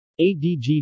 ADG